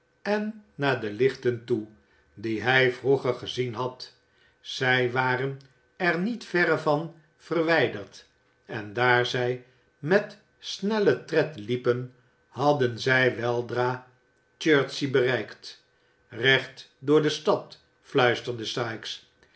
en naar de lichten toe die hij vroeger gezien had zij waren er niet verre van verwijderd en daar zij met snellen tred liepen hadden zij weldra chertsey bereikt recht door de stad fluisterde sikes